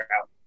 out